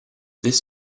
this